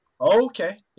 Okay